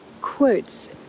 quotes